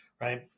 right